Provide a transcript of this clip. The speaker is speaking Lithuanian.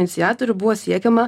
iniciatorių buvo siekiama